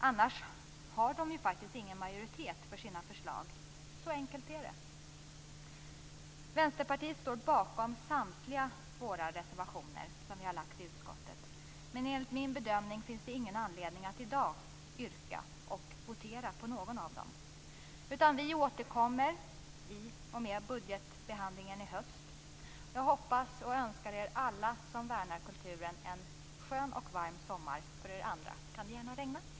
Annars har man faktiskt ingen majoritet för sina förslag. Så enkelt är det. Vi i Vänsterpartiet står bakom samtliga våra reservationer som vi har lagt fram i utskottet. Men enligt min bedömning finns det ingen anledning att i dag yrka och votera på någon av dem. Vi återkommer i och med budgetbehandlingen i höst. Jag hoppas och önskar att alla som värnar kulturen får en skön och varm sommar. För er andra kan det gärna regna.